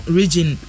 region